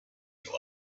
you